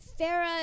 Farah